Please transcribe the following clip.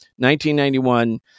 1991